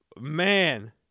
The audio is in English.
Man